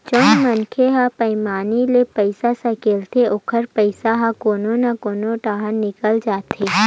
जउन मनखे ह बईमानी ले पइसा सकलथे ओखर पइसा ह कोनो न कोनो डाहर निकल जाथे